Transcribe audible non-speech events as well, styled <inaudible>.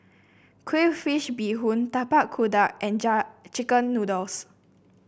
Crayfish Beehoon Tapak Kuda and <unintelligible> chicken noodles